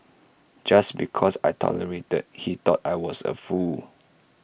just because I tolerated he thought I was A fool